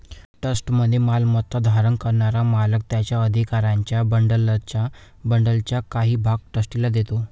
ट्रस्टमध्ये मालमत्ता धारण करणारा मालक त्याच्या अधिकारांच्या बंडलचा काही भाग ट्रस्टीला देतो